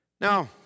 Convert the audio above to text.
Now